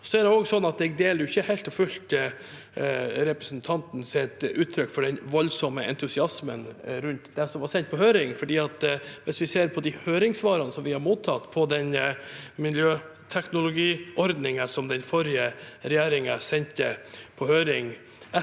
heller ikke helt og fullt representantens uttrykk for den voldsomme entusiasmen rundt det som var sendt på høring, for hvis vi ser på de høringssvarene vi har mottatt på den miljøteknologiordningen som den forrige regjeringen sendte på høring